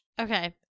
Okay